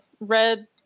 red